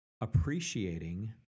appreciating